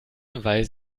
weil